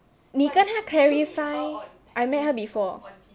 你跟她 clarify I met her before